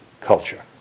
culture